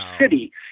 City